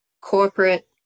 corporate